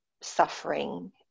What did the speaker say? suffering